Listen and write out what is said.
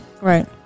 right